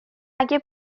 اگه